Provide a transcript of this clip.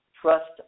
Trust